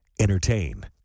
Entertain